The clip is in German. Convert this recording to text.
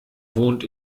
wohnt